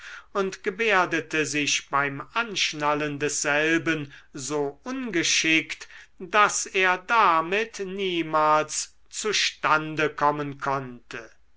und gebärdete sich beim anschnallen desselben so ungeschickt daß er damit niemals zustande kommen konnte